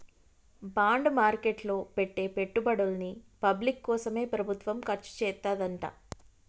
bond market లో పెట్టే పెట్టుబడుల్ని పబ్లిక్ కోసమే ప్రభుత్వం ఖర్చుచేత్తదంట